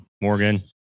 Morgan